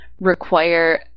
require